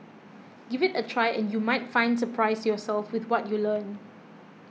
give it a try and you might find surprise yourself with what you learn